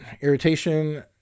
irritation